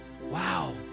Wow